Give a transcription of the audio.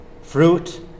fruit